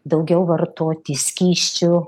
daugiau vartoti skysčių